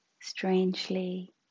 Strangely